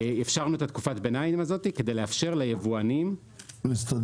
אפשרנו את תקופת הביניים הזאת כדי לאפשר ליבואנים להסתדר,